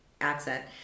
accent